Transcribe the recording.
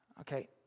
Okay